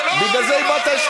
אה, לא, אני לא באטרף.